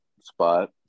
spot